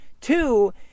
Two